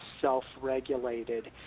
self-regulated